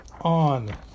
on